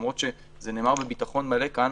למרות שזה נאמר בביטחון מלא כאן,